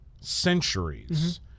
centuries